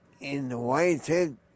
invited